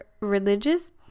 religious